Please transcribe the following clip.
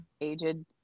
aged